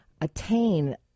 attain